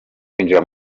kwinjira